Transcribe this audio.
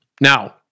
Now